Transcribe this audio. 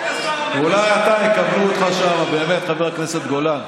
אולי אתה, יקבלו אותך שם, באמת, חבר הכנסת גולן,